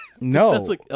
No